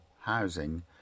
housing